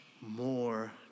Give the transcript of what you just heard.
more